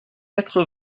quatre